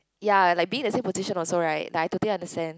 ya like being in the same position also right I totally understand